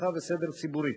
אבטחה וסדר ציבורי.